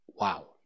Wow